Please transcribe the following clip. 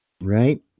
Right